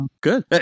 good